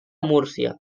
múrcia